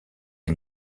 est